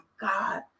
God